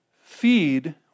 feed